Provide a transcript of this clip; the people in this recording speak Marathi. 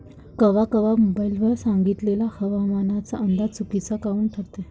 कवा कवा मोबाईल वर सांगितलेला हवामानाचा अंदाज चुकीचा काऊन ठरते?